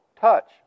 touch